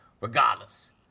Regardless